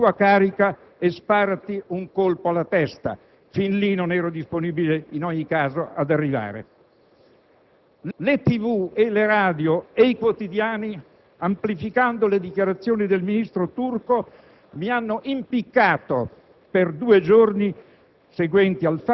rinuncia alla tua carica e sparati un colpo in testa». Fin lì non ero disponibile in ogni caso ad arrivare. Le TV, le radio e i quotidiani, amplificando le dichiarazioni del ministro Turco, mi hanno "impiccato", per due giorni